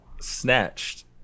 snatched